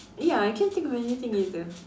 ya I can't think of anything either